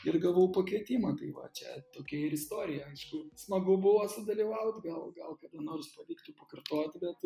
ir gavau pakvietimą tai va čia tokia ir istorija aišku smagu buvo sudalyvaut gal gal kada nors pavyktų pakartot bet